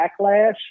backlash